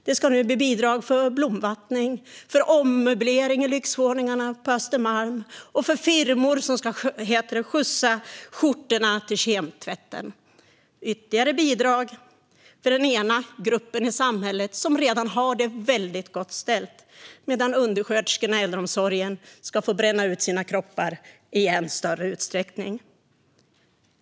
Det ska nu bli bidrag för blomvattning, för ommöblering i lyxvåningarna på Östermalm och för firmor som ska skjutsa skjortorna till kemtvätten. Ytterligare bidrag för en grupp i samhället som redan har det väldigt gott ställt medan undersköterskorna i äldreomsorgen ska få bränna ut sina kroppar i än större utsträckning.